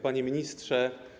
Panie Ministrze!